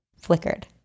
flickered